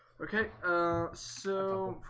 okay, ah so